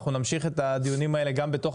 אנחנו נמשיך את הדיונים האלה גם בתוך